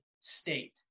state